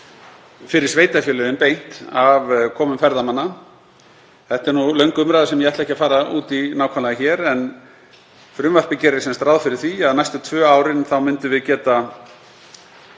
fyrir sveitarfélögin beint af komum ferðamanna. Þetta er löng umræða sem ég ætla ekki að fara út í nákvæmlega hér en frumvarpið gerir sem sagt ráð fyrir því að næstu tvö árin myndum við geta